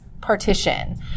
partition